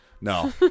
No